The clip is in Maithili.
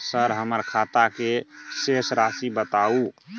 सर हमर खाता के शेस राशि बताउ?